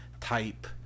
type